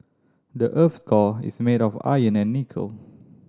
the earth's core is made of iron and nickel